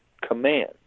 command